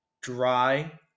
dry